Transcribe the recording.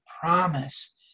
promise